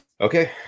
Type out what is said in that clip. Okay